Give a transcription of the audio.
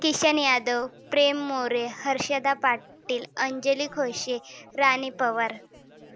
Kishan Yadav Prem More Harshada Patil Anjali Khoshe Rani Pawar